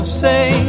say